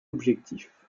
objectif